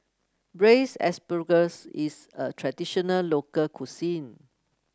Braised Asparagus is a traditional local cuisine